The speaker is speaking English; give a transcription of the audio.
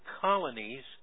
colonies